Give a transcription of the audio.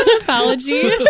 Apology